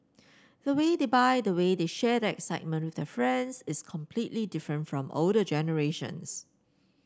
the way they buy the way they share that excitement with their friends is completely different from older generations